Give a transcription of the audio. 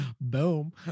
boom